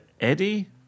Eddie